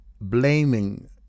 Blaming